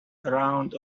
round